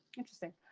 interesting.